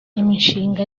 imishinga